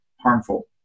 harmful